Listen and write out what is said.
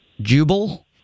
Jubal